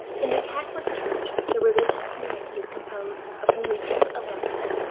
in the catholic church, the religious community is composed of only two elements,